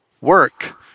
work